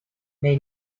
may